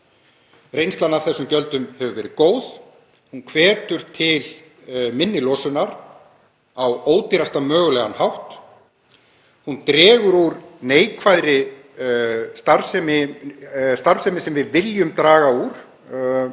Reynslan af þessum gjöldum hefur verið góð. Hún hvetur til minni losunar á ódýrasta mögulegan hátt. Hún dregur úr neikvæðri starfsemi sem við viljum draga úr